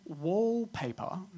wallpaper